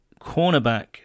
cornerback